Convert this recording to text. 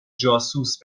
جاسوس